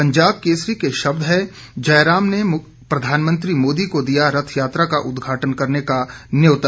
पंजाब केसरी के शब्द हैं जयराम ने प्रधानमंत्री मोदी को दिया रथ यात्रा का उद्घाटन करने का न्यौता